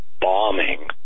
bombing